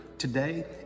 Today